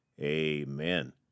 amen